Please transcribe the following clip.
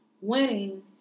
winning